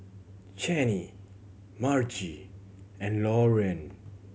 Chanie Margie and Lauren